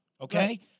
okay